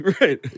right